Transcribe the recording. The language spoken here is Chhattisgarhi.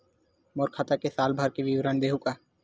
मोर खाता के साल भर के विवरण देहू का?